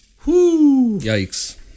Yikes